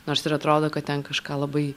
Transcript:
nors ir atrodo kad ten kažką labai